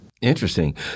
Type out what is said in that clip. Interesting